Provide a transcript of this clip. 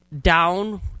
down